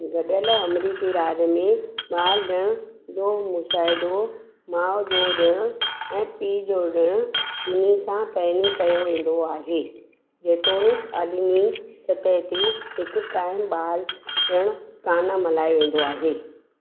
गडि॒यलु अमरीकी राज में ॿालु डि॒ण जो मुशाहिदो माउ जो डि॒णु ऐं पीउ जो डि॒णु बि॒न्हिनि सां पहिरीं कयो वेंदो आहे जेतोणीकि आलिमी सतह ते हिकु क़ाइम बालु डि॒णु कानि मल्हायो वेंदो आहे